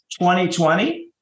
2020